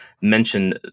mention